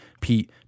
Pete